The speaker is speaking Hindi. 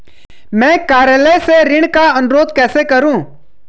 मैं कार्यालय से ऋण का अनुरोध कैसे करूँ?